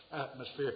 atmosphere